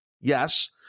yes